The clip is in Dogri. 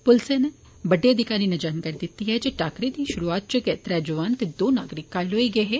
पुलस दे इक बड्डे अधिकारी नै जानकारी दित्ती ऐ जे टाकरे दी शुरूआत इच गै त्रै जोआन ते दो नागरिक घायल होई गेए हे